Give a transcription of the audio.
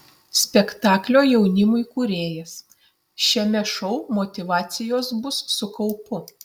spektaklio jaunimui kūrėjas šiame šou motyvacijos bus su kaupu